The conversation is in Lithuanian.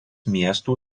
miestų